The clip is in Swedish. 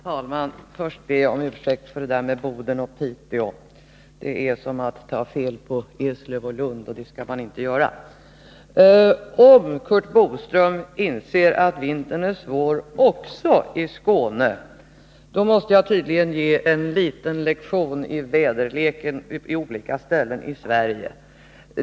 Herr talman! Först vill jag be om ursäkt för det här med Boden och Piteå. Det är som att ta fel på Eslöv och Lund, och det skall man inte göra. Om Curt Boström inser att vintern är svår också i Skåne, då måste jag tydligen ge en liten lektion om väderleken på olika ställen i Sverige.